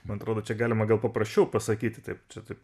man atrodo čia galima paprašiau pasakyti taip čia taip